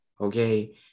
Okay